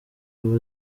aba